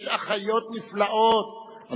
יש אחיות נפלאות,